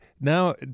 now